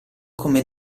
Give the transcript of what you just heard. come